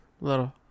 Little